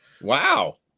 wow